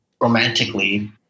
romantically